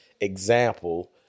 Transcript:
example